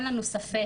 אין לנו ספק,